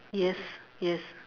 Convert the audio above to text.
yes yes